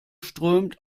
strömt